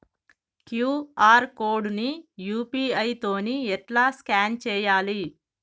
QR code ని UPI తోని ఎట్లా స్కాన్ చేయాలి?